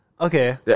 Okay